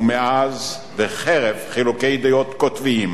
ומאז, וחרף חילוקי דעות קוטביים,